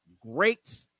great